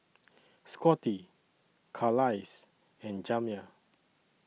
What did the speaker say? Scottie Carlisle and Jamya